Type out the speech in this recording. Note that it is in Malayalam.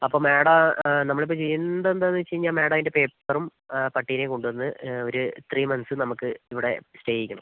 അപ്പം മാഡം നമ്മൾ ഇപ്പോൾ ചെയ്യുന്നതെന്തെന്ന് വെച്ചുകഴിഞ്ഞാൽ മാഡം അതിന്റെ പേപ്പറും പട്ടിനെയും കൊണ്ട് വന്ന് ഒരു ത്രീ മന്ത്സ് നമുക്ക് ഇവിടെ സ്റ്റേ ചെയ്യിക്കണം